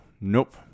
nope